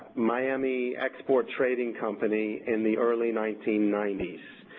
miami export trading company in the early nineteen ninety s.